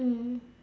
mm